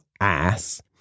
ass